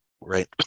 Right